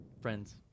friends